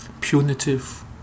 punitive